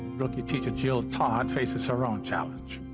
rookie teacher jill todd faces her own challenge.